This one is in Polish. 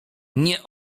nie